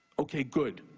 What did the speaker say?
okay, good.